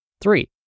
Three